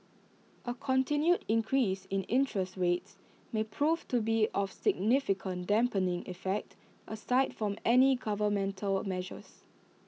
A continued increase in interest rates may prove to be of significant dampening effect aside from any governmental measures